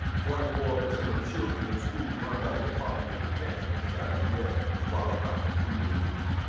twenty four percent of children and schools run by the department of defense inside the us qualify for free meals